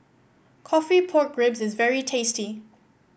coffee Pork Ribs is very tasty